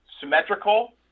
symmetrical